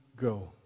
go